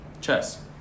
Chess